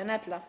en ella.